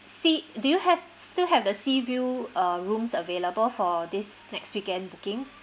sea do you have still have the sea view uh rooms available for this next weekend booking